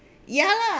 ya lah